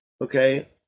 okay